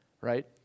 right